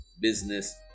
business